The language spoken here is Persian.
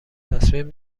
تصمیم